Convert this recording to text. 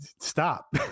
stop